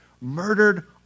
murdered